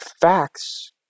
facts